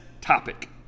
topic